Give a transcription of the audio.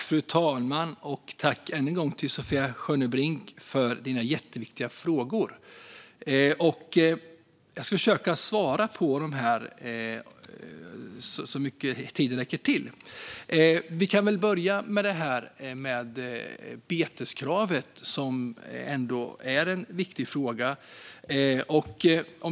Fru talman! Jag tackar än en gång Sofia Skönnbrink för hennes jätteviktiga frågor. Jag ska försöka svara på dem så mycket tiden räcker till. Vi kan väl börja med beteskravet, som ändå är en viktig fråga.